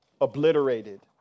obliterated